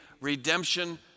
redemption